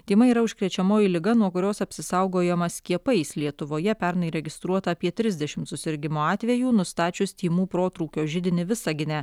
tymai yra užkrečiamoji liga nuo kurios apsisaugojama skiepais lietuvoje pernai registruota apie trisdešimt susirgimo atvejų nustačius tymų protrūkio židinį visagine